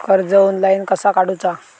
कर्ज ऑनलाइन कसा काडूचा?